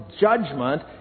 judgment